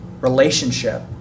relationship